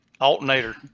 Alternator